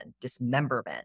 dismemberment